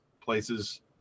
places